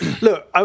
look